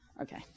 Okay